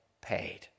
paid